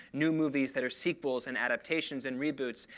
new movies that are sequels and adaptations and reboots.